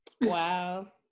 wow